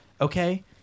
okay